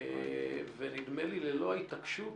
ונדמה לי, ללא ההתעקשות,